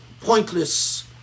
pointless